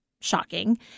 shocking